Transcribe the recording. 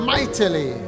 Mightily